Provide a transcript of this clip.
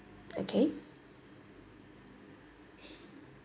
okay